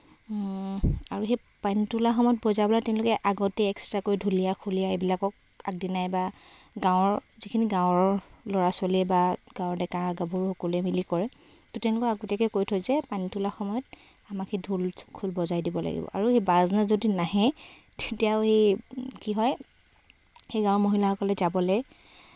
আৰু সেই পানী তুলা সময়ত বজাবলৈ তেওঁলোকে আগতে এক্সট্ৰাকৈ ঢুলীয়া খুলীয়া এইবিলাকক আগদিনাই বা গাৱঁৰ যিখিনি গাঁৱৰ ল'ৰা ছোৱালী বা গাঁৱৰ ডেকা গাভৰু সকলোৱে মিলি কৰে তেওঁলোকক আগতীয়াকৈ কৈ থয় যে পানী তুলা সময়ত আমাক সেই ঢোল খোল বজাই দিব লাগিব আৰু সেই বাজনা যদি নাহে তেতিয়া এই কি হয় সেই গাঁৱৰ মহিলাসকলে যাবলৈ